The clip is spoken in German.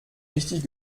richtig